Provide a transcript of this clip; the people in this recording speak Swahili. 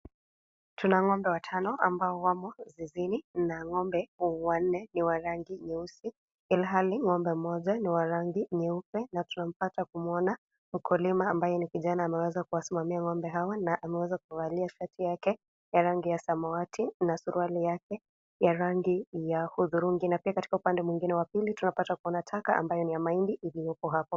Tuna ng'ombe watano ambao wamo zizini, na ng'ombe wanne ni wa rangi nyeusi ilhali ng'ombe moja ni wa rangi nyeupe, tunampata kumwona , mkulima ambaye ni kijana ambaye ameweza kuwasimamia ng'ombe hawa na ameweza kuvalia shati yake ya rangi ya samawati na suruali yake ya rangi ya udhurungi. Na katika upande wa pili tunapata kuona taka ambayo ni ya mahindi iliyopo hapo.